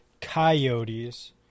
Coyotes